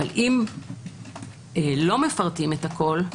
אבל אם לא מפרטים הכול,